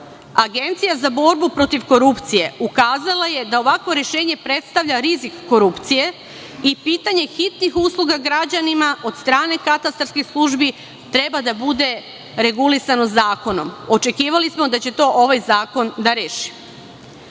Agencija za borbu protiv korupcije ukazala je da ovakvo rešenje predstavlja rizik korupcije i pitanje hitnih usluga građanima od strane katastarskih službi treba da bude regulisano zakonom. Očekivali smo da će to ovaj zakon da